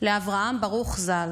לאברהם ברוך ז"ל,